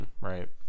Right